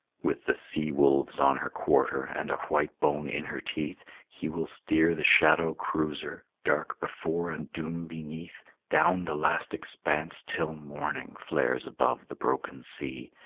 with the sea-wolves on her quarter, and a white bone in her teeth, he will steer the shadow cruiser, dark before and doom beneath, down the last expanse, till morning flares above the broken sea,